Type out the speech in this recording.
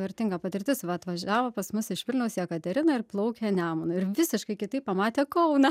vertinga patirtis va atvažiavo pas mus iš vilniaus jekaterina ir plaukė nemunu ir visiškai kitaip pamatė kauną